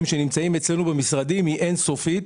שנמצאים אצלנו במשרדים היא אין-סופית.